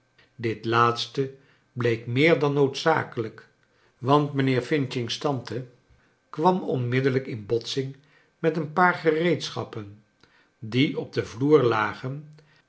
dit laatste bleek meer dan noodzakelijk want mijnheer f's tante kwam onmiddellijk in botsing met een paar gereedschappen die op den vloer lagen